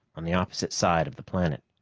on the opposite side of the planet.